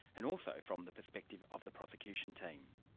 and also from the perspective of the prosecution team.